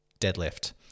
deadlift